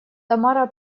тамара